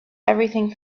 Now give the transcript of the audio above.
everything